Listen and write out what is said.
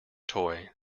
toy